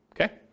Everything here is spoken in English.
Okay